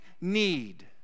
need